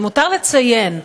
למותר לציין,